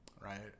right